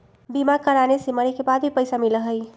बीमा कराने से मरे के बाद भी पईसा मिलहई?